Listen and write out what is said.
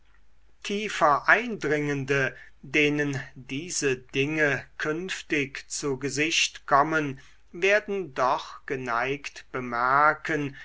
tiefer eindringende denen diese dinge künftig zu gesicht kommen werden doch geneigt bemerken